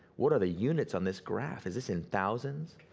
what are the units on this graph? is this in thousands,